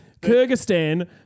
Kyrgyzstan